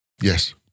Yes